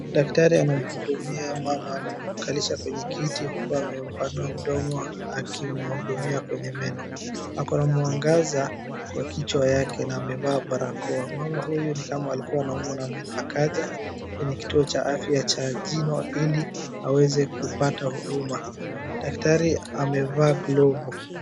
Daktari anamuudumia mama amemkalisha kwenye kiti huku amempanua mdomo akimuudumia kwenye meno, Ako na mwangaza kwa kichwa yake na amevaa barakoa, Mama huyu ni kama alikuwa anaumwa na meno akaja kwenye kitu cha afya ya jino hili aweze kupata huduma, Daktari amevaa glovu.